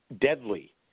deadly